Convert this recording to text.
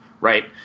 right